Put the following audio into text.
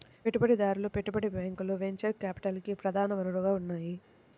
పెట్టుబడిదారులు, పెట్టుబడి బ్యాంకులు వెంచర్ క్యాపిటల్కి ప్రధాన వనరుగా ఉన్నాయి